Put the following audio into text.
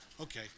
okay